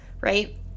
right